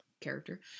character